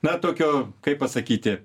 na tokio kaip pasakyti